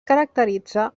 caracteritza